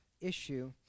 issue